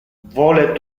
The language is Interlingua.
vole